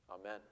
Amen